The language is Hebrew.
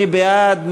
מי בעד?